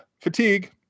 fatigue